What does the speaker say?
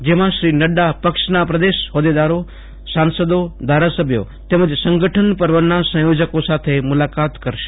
જેમાં શ્રી નડ્ડા પક્ષના પ્રદેશ હોદ્દેદારો સાંસદો ધારાસભ્યો તેમજ સંગઠન પર્વના સંયોજકો સાથે મુલાકાત કરશે